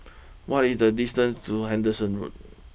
what is the distance to Henderson Road